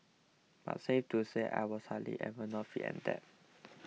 but safe to say I was hardly ever not fit and that